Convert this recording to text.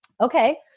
Okay